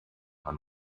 ond